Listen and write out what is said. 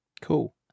cool